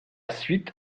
suite